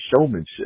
showmanship